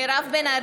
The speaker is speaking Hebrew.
מי צועק?